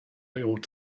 ought